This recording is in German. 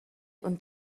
und